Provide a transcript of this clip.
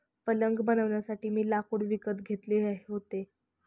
पलंग बनवण्यासाठी मी लाकूड विकत घेतले होते